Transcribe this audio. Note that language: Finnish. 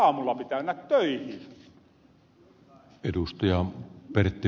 aamulla pitää mennä töihin